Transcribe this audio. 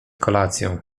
kolacją